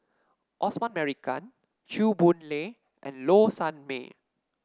Osman Merican Chew Boon Lay and Low Sanmay